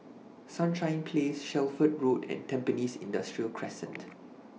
Sunshine Place Shelford Road and Tampines Industrial Crescent